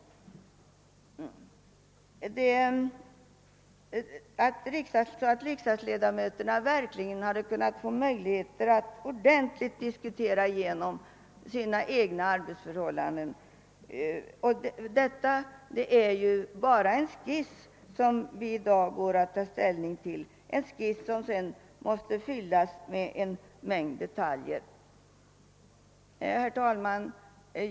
Riksdagsledamöterna skulle då grundligt ha kunnat diskutera igenom sina egna arbetsförhållanden. Det är ju för övrigt bara en skiss som vi i dag skall ta ställning till och som sedan måste påbyggas med en mängd detaljer. Herr talman!